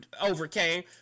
overcame